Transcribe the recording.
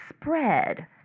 spread